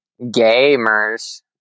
Gamers